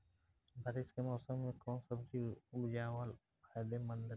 बारिश के मौषम मे कौन सब्जी उपजावल फायदेमंद रही?